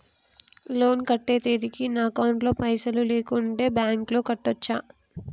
Loan కట్టే తేదీకి నా అకౌంట్ లో పైసలు లేకుంటే బ్యాంకులో కట్టచ్చా?